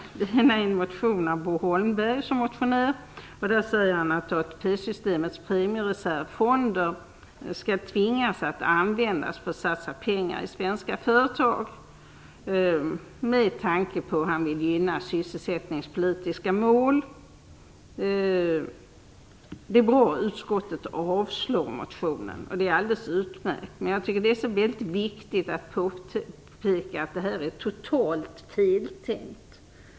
Den ena frågan gäller en motion väckt av Per Erik Granström och Bo Holmberg. Han säger att ATP systemets premiereservfonder skall tvingas att användas för att satsa pengar i svenska företag - han vill gynna sysselsättningspolitiska mål. Det är alldeles utmärkt att utskottet avstyrker motionen. Det är också väldigt viktigt att påpeka att det är total feltänkt.